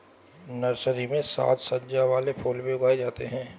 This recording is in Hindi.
नर्सरी में साज सज्जा वाले फूल भी उगाए जाते हैं